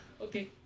Okay